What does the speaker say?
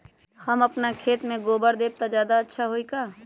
हम अपना खेत में गोबर देब त ज्यादा अच्छा होई का?